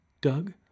Doug